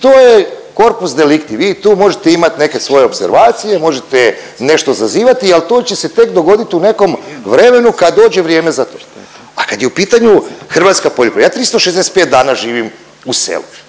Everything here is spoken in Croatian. i to je korpus delikti, vi tu možete imat neke svoje opservacije, možete nešto zazivati, al to će se tek dogodit u nekom vremenu kad dođe vrijeme za to. A kad je u pitanju hrvatska poljoprivreda, ja 365 dana živim u selu